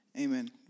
Amen